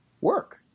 work